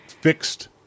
fixed